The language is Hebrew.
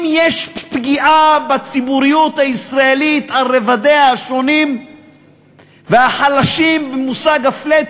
אם יש פגיעה בציבוריות הישראלית על רבדיה השונים והחלשים במושג ה-flat,